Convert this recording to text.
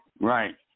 Right